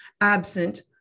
absent